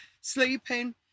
sleeping